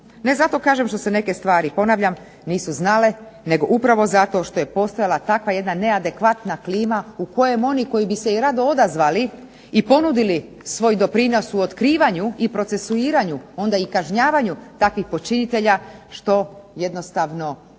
Ne zato kažem što se neke stvari, ponavljam, nisu znale nego upravo zato što je postojala takva jedna neadekvatna klima u kojem oni koji bi se i rado odazvali i ponudili svoj doprinos u otkrivanju i procesuiranju, onda i kažnjavanju takvih počinitelja što jednostavno takva